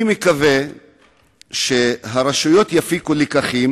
אני מקווה שהרשויות יפיקו את הלקחים